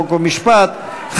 חוק ומשפט,